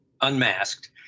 unmasked